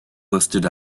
listed